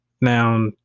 Now